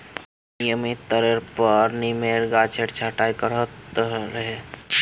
नियमित तौरेर पर नीमेर गाछेर छटाई कर त रोह